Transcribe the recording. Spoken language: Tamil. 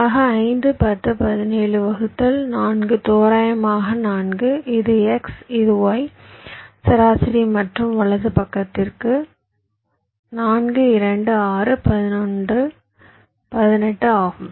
ஆக 5 10 17 வகுத்தல் 4 தோராயமாக 4 இது x இது y சராசரி மற்றும் வலது பக்கத்திற்கு 4 2 6 11 18 ஆகும்